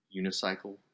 Unicycle